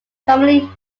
commonly